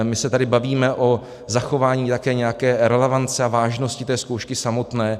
My se tady bavíme o zachování také nějaké relevance a vážnosti té zkoušky samotné.